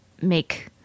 make